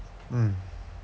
mm